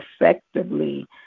effectively